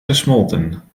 gesmolten